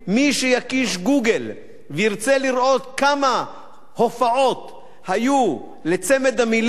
מי שיקיש ב"גוגל" וירצה לראות כמה הופעות היו לצמד המלים,